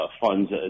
funds